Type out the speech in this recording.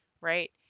Right